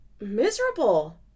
miserable